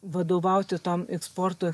vadovauti tam eksporto